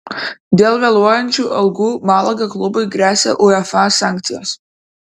dėl vėluojančių algų malaga klubui gresia uefa sankcijos